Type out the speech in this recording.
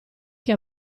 che